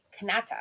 Kanata